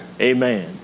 Amen